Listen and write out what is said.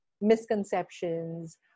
misconceptions